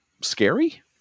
scary